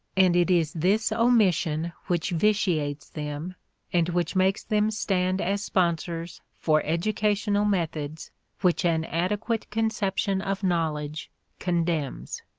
and it is this omission which vitiates them and which makes them stand as sponsors for educational methods which an adequate conception of knowledge condemns.